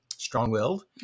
strong-willed